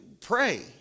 pray